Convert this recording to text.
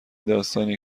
داستانیه